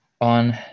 on